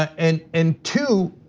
and, and two,